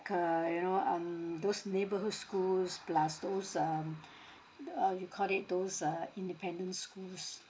uh you know um those neighbourhood schools plus those um uh you called it those uh independent schools